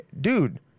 dude